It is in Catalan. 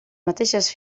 mateixes